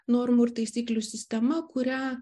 normų ir taisyklių sistema kurią